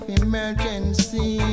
emergency